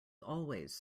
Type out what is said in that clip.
always